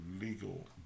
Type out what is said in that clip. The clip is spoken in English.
legal